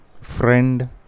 friend